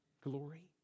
glory